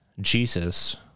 Jesus